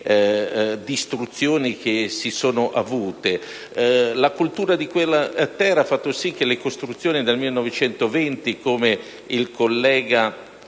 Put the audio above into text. Grazie